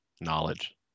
knowledge